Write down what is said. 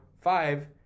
five